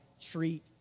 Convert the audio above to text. treat